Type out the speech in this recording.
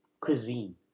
cuisine